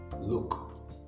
look